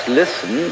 listen